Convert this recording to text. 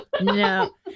no